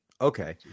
Okay